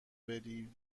بری